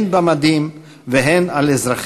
הן במדים והן על אזרחי,